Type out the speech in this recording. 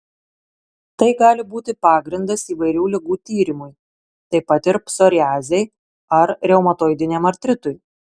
tai gali būti pagrindas įvairių ligų tyrimui taip pat ir psoriazei ar reumatoidiniam artritui